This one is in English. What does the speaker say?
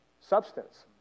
Substance